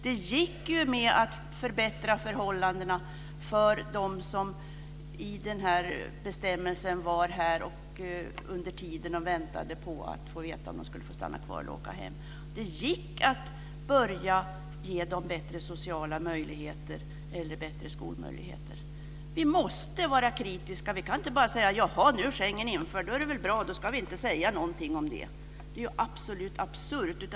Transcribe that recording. Det gick ju att förbättra förhållandena för dem som enligt den här bestämmelsen var här och väntade på att få veta om de skulle få stanna kvar eller åka hem. Det gick att börja ge dem bättre sociala möjligheter eller bättre skolmöjligheter. Vi måste vara kritiska. Vi kan inte bara säga: Jaha, nu är Schengen infört, då är det väl bra, då ska vi inte säga någonting om det. Det är absolut absurt!